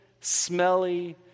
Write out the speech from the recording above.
smelly